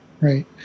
Right